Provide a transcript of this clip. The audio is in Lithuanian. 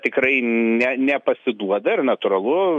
tikrai ne nepasiduoda ir natūralu